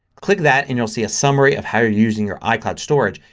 click that and you'll see a summary of how you're using your icloud storage.